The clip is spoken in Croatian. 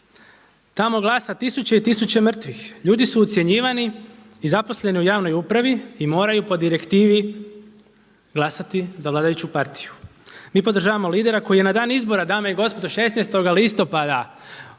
Tamo glasa tisuće i tisuće mrtvih, ljudi su ucjenjivani i zaposleni u javnoj upravi i moraju po direktivi glasati za vladajuću partiju. Mi podržavamo leadera koji je na dan izbora dame i gospodo 16. listopada